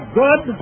good